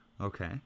okay